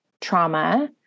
trauma